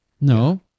No